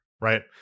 Right